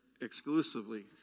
exclusively